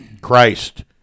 Christ